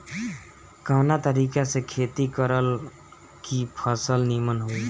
कवना तरीका से खेती करल की फसल नीमन होई?